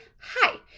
hi